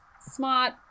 smart